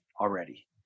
already